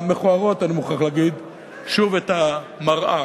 המכוערות, אני מוכרח להגיד, את המראה.